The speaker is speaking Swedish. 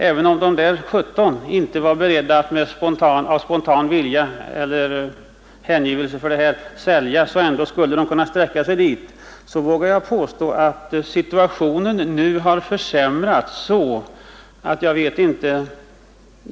Även om dessa 17 inte var beredda att av spontan hängivelse för ändamålet sälja sin mark, var de ändå villiga att gå med på detta.